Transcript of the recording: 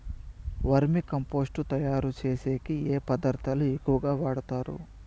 వర్మి compost తయారుచేసేకి ఏ పదార్థాలు ఎక్కువగా వాడుతారు